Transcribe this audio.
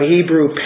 Hebrew